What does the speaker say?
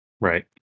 right